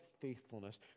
faithfulness